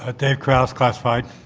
ah dave krause, classified.